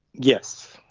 yes.